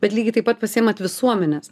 bet lygiai taip pat pasiimat visuomenės